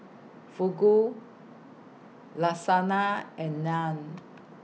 Fugu Lasagna and Naan